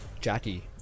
Jackie